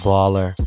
Baller